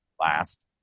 last